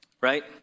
right